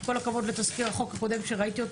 עם כל הכבוד לתזכיר החוק הקודם שראיתי,